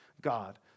God